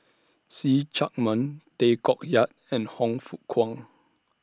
See Chak Mun Tay Koh Yat and Han Fook Kwang